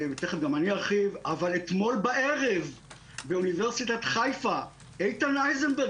אבל אתמול בערב באוניברסיטת חיפה איתן אייזנברג